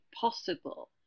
possible